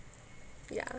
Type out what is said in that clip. ya